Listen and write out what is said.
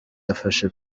yafashe